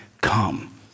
come